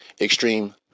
extreme